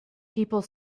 people